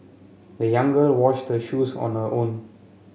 the young girl washed her shoes on her own